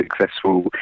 successful